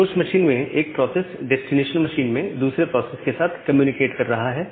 source machine में एक process destination machine में दूसरे प्रोसेस के साथ कम्युनिकेट कर रहा है